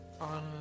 on